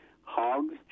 hogs